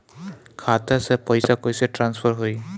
खाता से पैसा कईसे ट्रासर्फर होई?